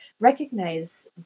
recognize